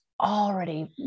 already